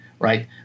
Right